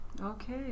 Okay